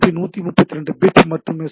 B 132 bit மற்றும் S